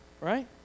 right